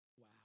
Wow